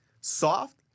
soft